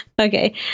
Okay